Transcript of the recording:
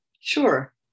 Sure